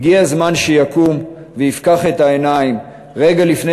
הגיע הזמן שיקום ויפקח את העיניים רגע לפני